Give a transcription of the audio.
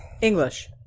English